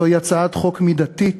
זוהי הצעת חוק מידתית,